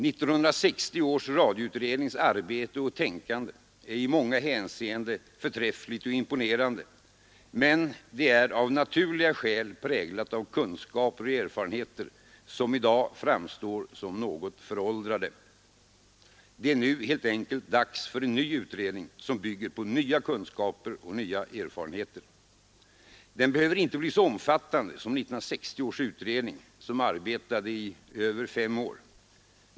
1960 års radioutrednings arbete och tänkande är i många hänseenden förträffligt och imponerande — men det är av naturliga skäl präglat av kunskaper och erfarenheter som i dag framstår som något föråldrade. Det är nu helt enkelt dags för en ny utredning som bygger på nya kunskaper och erfarenheter. Den behöver inte bli så omfattande som 1960 års utredning, som arbetade i över fem år.